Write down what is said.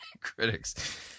Critics